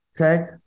okay